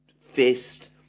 fist